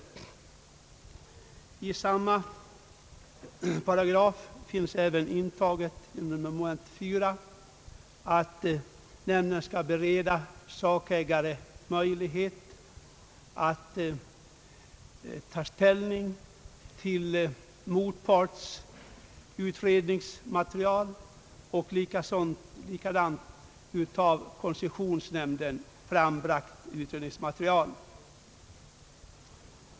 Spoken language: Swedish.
I samma paragraf finns även intaget under mom. 4 att nämnden skall bereda sakägare möjlighet att ta ställning till såväl motpartens utredningsmaterial som av koncessionsnämnden frambragt utredningsmaterial.